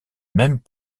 même